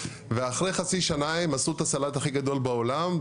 ואחרי חצי שנה הם עשו את הסלט הכי גדול בעולם,